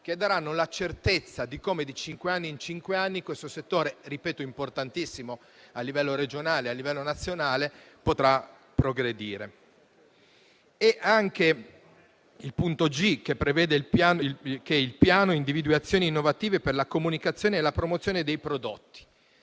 che daranno la certezza di come, di cinque anni in cinque anni, questo settore importantissimo a livello regionale e nazionale potrà progredire. La lettera *g)* prevede che il piano individui azioni innovative per la comunicazione e la promozione dei prodotti.